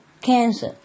cancer